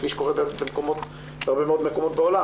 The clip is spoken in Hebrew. כפי שקורה בהרבה מאוד מקומות בעולם.